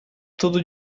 tudo